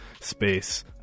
space